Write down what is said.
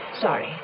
Sorry